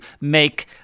make